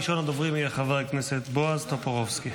ראשון הדוברים יהיה חבר הכנסת בועז טופורובסקי.